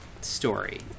story